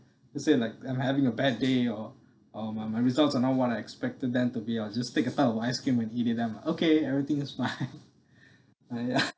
let's say like I'm having a bad day or or my my results are not one I expected them to be or just take a type of ice cream and eat them okay everything is my uh ah ya